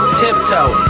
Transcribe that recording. tiptoe